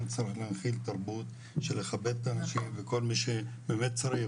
כן צריך להנחיל תרבות של לכבד אנשים וכל מי שבאמת צריך,